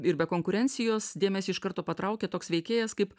ir be konkurencijos dėmesį iš karto patraukė toks veikėjas kaip